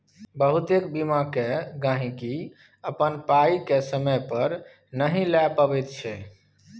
बहुतेक बीमा केर गहिंकी अपन पाइ केँ समय पर नहि लए पबैत छै